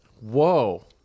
Whoa